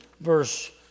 verse